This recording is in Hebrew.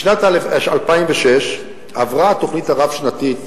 בשנת 2006 עברה התוכנית הרב-שנתית,